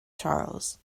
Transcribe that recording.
charles